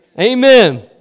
Amen